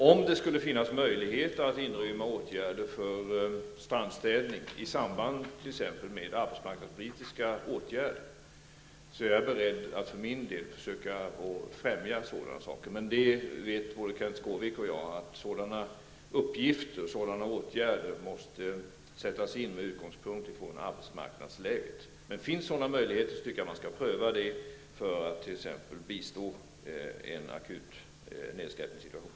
Om det skulle finnas möjlighet att inrymma exempelvis insatser för strandstädning inom ramen för våra arbetsmarknadspolitiska åtgärder är jag för min del beredd att försöka främja detta. Men både Kenth Skårvik och jag vet att sådana åtgärder måste sättas in med utgångspunkt i det arbetsmarknadspolitiska läget. Finns sådana möjligheter tycker jag att man skall pröva det för att t.ex. bistå i en akut nedskräpningssituation.